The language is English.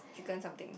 chicken something